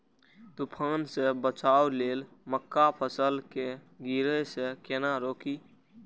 तुफान से बचाव लेल मक्का फसल के गिरे से केना रोकी?